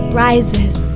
rises